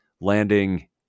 landing